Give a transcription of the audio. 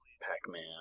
Pac-Man